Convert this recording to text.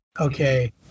okay